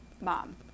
Mom